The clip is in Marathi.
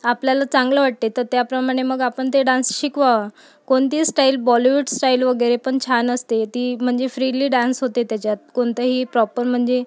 आपल्याला चांगलं वाटते तर त्याप्रमाणे मग आपण ते डान्स शिकवा कोणतीही स्टाइल बॉलीवुड स्टाइल वगैरे पण छान असते ती म्हणजे फ्रीली डान्स होते त्याच्यात कोणतंही प्रॉपर म्हणजे